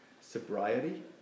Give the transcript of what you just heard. sobriety